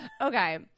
Okay